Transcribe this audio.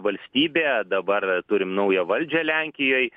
valstybė dabar turim naują valdžią lenkijoj